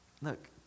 look